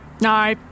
no